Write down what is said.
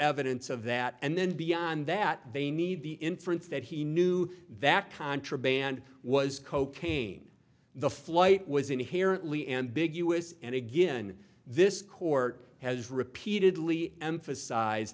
evidence of that and then beyond that they need the inference that he knew that contraband was cocaine the flight was inherently ambiguous and again this court has repeatedly emphasize